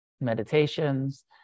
meditations